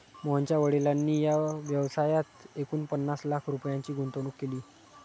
मोहनच्या वडिलांनी या व्यवसायात एकूण पन्नास लाख रुपयांची गुंतवणूक केली